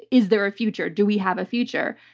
is there a future? do we have a future?